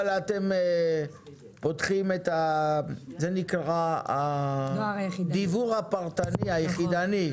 אתם פותחים את מה שנקרא הדיוור היחידני.